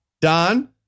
Don